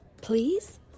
please